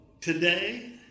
Today